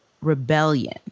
rebellion